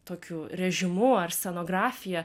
tokiu režimu ar scenografija